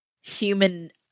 human